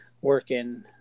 working